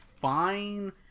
fine